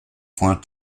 point